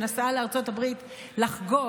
שנסעה לארצות הברית לחגוג,